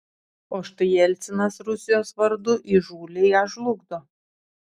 o štai jelcinas rusijos vardu įžūliai ją žlugdo